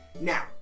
Now